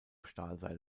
stahlseil